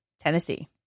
Tennessee